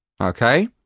Okay